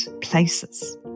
places